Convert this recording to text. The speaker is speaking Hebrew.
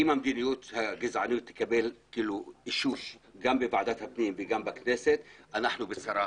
אם המדיניות הגזענית תקבל אישוש גם בוועדת הפנים וגם בכנסת אנחנו בצרה.